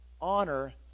Honor